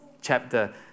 chapter